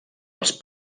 els